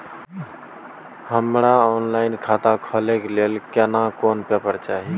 हमरा ऑनलाइन खाता खोले के लेल केना कोन पेपर चाही?